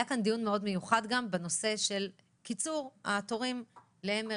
היה כאן דיון מאוד מיוחד גם בנושא של קיצור התורים ל-MRI.